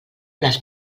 les